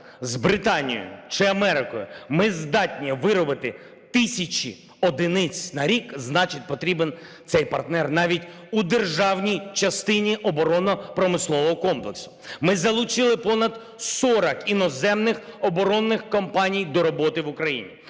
з Британією чи Америкою ми здатні виробити тисячі одиниць на рік, значить потрібен цей партнер навіть у державній частині оборонно-промислового комплексу. Ми залучили понад 40 іноземних оборонних компаній до роботи в Україні.